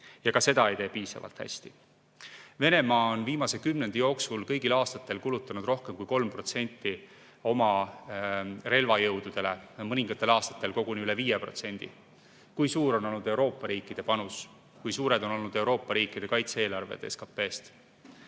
Ja ka seda ei tee piisavalt hästi. Venemaa on viimase kümnendi jooksul kõigil aastatel kulutanud rohkem kui 3% oma relvajõududele, mõningatel aastatel koguni üle 5%. Kui suur on olnud Euroopa riikide panus? Kui suured on olnud Euroopa riikide kaitse-eelarved SKT-st?